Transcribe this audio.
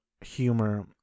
humor